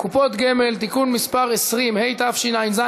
(קופות גמל) (תיקון מס' 20),